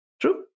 True